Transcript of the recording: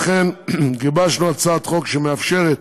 לכן גיבשנו הצעת חוק שמאפשרת